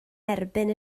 erbyn